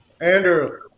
Andrew